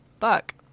Fuck